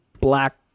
black